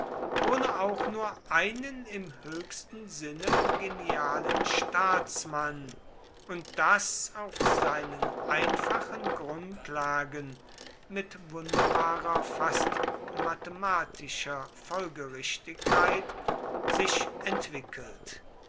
ohne auch nur einen im höchsten sinne genialen staatsmann und das auf seinen einfachen grundlagen mit wunderbarer fast mathematischer folgerichtigkeit sich entwickelt